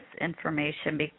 information